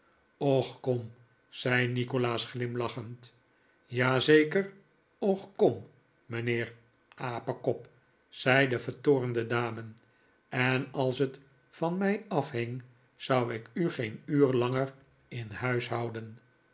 och kom zei nikolaas glimlachend ja zeker och kom mijnheer apekop zei de vertoornde dame en als het van mij afhing zou ik u geen uur langer in huis houden